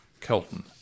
Kelton